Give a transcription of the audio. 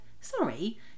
sorry